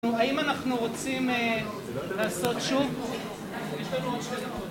האם אנחנו רוצים לעשות שוב? (יש לנו עוד שתי דקות)